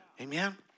Amen